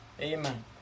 Amen